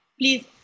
please